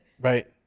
Right